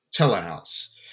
telehouse